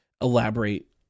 elaborate